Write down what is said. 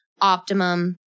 optimum